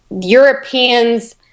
Europeans